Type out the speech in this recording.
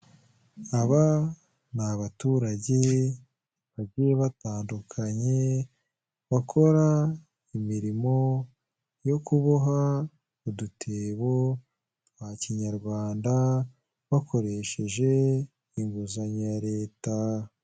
Aba ni abaturage bagiye batandukanye bakora imirimo yo kuboha udutebo twa kinyarwanda bakoresheje inguzanyo ya leta.